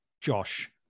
josh